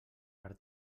per